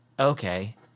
okay